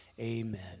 Amen